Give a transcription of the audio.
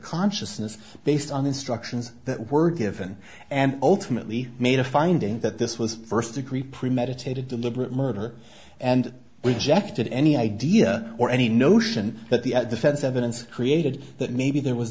consciousness based on instructions that were given and ultimately made a finding that this was first degree premeditated deliberate murder and rejected any idea or any notion that the at the feds evidence created that maybe there was